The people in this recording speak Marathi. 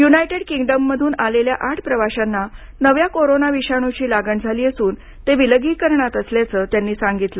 युनायटेड किंगडममधून आलेल्या आठ प्रवाशांना नव्या कोरोना विषाणूची लागण झाली असून ते विलगीकरणात असल्याचं त्यांनी सांगितलं